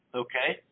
okay